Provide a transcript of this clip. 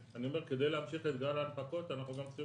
כדי להמשיך את גל ההנפקות אנחנו גם צריכים